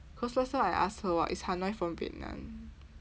cause last time I ask her what is hai noi from vietnam